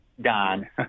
Don